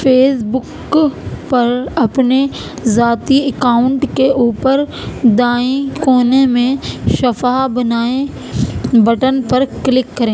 face بک پر اپنے ذاتی اکاؤنٹ کے اوپر دائیں کونے میں صفحہ بنائیں بٹن پر کلک کریں